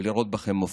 ולראות בכם מופת.